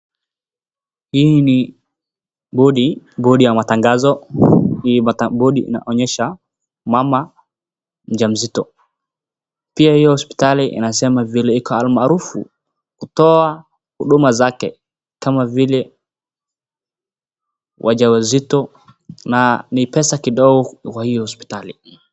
Hii ni bodi ya matangazo, bodi inaonyesha mama mjamzito pia hii hospitali inasema vile iko almarufu kutoa kuhuduma zake kama vile wajawazito na ni pesa kidogo kwa hii hospitali.